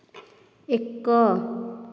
ଏକ